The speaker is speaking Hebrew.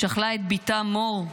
שכלה את בתה מור,